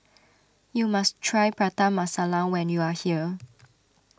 you must try Prata Masala when you are here